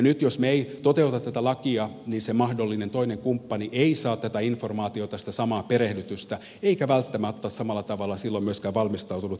nyt jos me emme toteuta tätä lakia se mahdollinen toinen kumppani ei saa tätä informaatiota sitä samaa perehdytystä eikä välttämättä ole samalla tavalla silloin myöskään valmistautunut tämän lapsen tuloon perheeseen